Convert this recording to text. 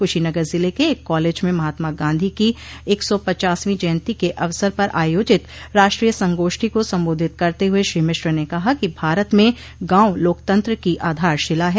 कुशीनगर जिले के एक कॉलेज में महात्मा गांधी को एक सौ पचासवीं जयन्ती के अवसर पर आयोजित राष्ट्रीय संगोष्ठी को संबोधित करते हुए श्री मिश्र ने कहा कि भारत में गांव लोकतंत्र की आधारशिला है